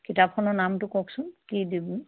কিতাপখনৰ নামটো কওকচোন কি দিম